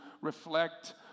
reflect